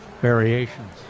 variations